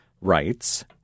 writes